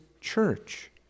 church